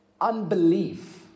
unbelief